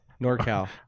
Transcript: NorCal